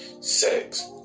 sex